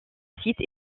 site